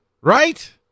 Right